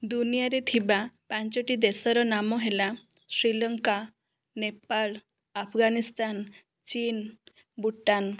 ଦୁନିଆରେ ଥିବା ପାଞ୍ଚୋଟି ଦେଶର ନାମ ହେଲା ଶ୍ରୀଲଙ୍କା ନେପାଳ ଆଫଗାନିସ୍ତାନ ଚୀନ ଭୂଟାନ